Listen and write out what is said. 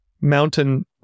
mountain